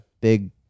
big